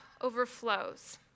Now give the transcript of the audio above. overflows